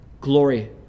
glory